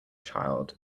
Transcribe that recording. child